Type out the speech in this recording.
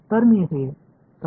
எனவே இதை நான் என்று எழுதலாம்